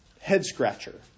head-scratcher